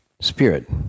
spirit